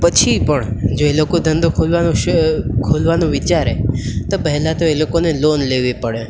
પછી પણ જો એ લોકો ધંધો ખોલવાનું ખોલવાનું વિચારે તો પહેલાં તો એ લોકોને લોન લેવી પડે